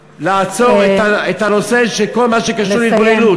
לעצור את הנושא של כל מה שקשור להתבוללות.